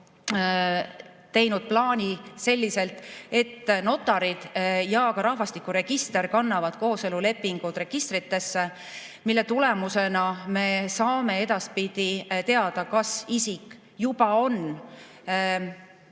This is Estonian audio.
teinud plaani selliselt, et notarid ja ka rahvastikuregister kannavad kooselulepingud registritesse, mille tulemusena me saame edaspidi teada, kas isik juba on